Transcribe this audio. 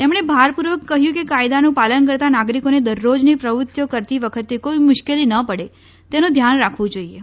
તેમણે ભારપૂર્વક કહ્યું કે કાયદાનું પાલન કરતા નાગરિકોને દરરોજની પ્રવૃતિઓ કરતી વખતે કોઈ મુશ્કેલી ન પડે તેનું ધ્યાન રાખવું જોઈએ